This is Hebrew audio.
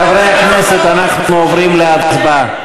חברי הכנסת, אנחנו עוברים להצבעה.